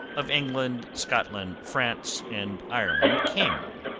of england, scotland, france, and ireland king,